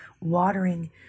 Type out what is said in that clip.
watering